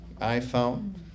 iPhone